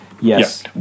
Yes